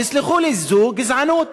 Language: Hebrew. זו גזענות.